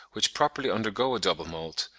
which properly undergo a double moult,